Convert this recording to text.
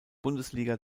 bundesliga